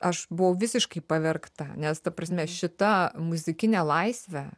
aš buvau visiškai pavergta nes ta prasme šita muzikine laisve